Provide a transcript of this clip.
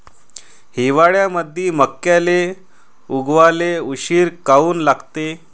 हिवाळ्यामंदी मक्याले उगवाले उशीर काऊन लागते?